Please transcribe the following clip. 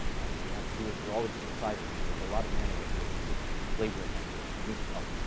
i mean have to do this for all the different sizes, so there's a lot of man-work. this is just labor-intensive. i need some help.